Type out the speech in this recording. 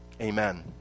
Amen